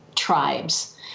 Tribes